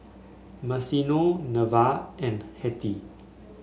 Maceo Neva and Hettie